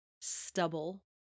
stubble